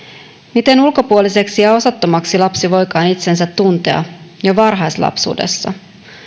miten ulkopuoliseksi ja osattomaksi lapsi voikaan itsensä tuntea jo varhaislapsuudessa